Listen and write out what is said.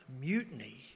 mutiny